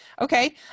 Okay